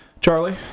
Charlie